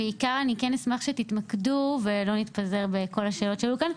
אשמח שתתמקדו ולא נתפזר בכל השאלות שעלו כאן,